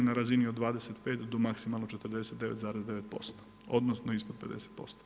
Na razini od 25 do maksimalno 49,9% odnosno ispod 50%